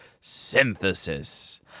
synthesis